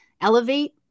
elevate